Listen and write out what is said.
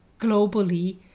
globally